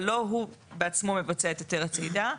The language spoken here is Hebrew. אבל לא הוא בעצמו מבצע את היתר הצידה.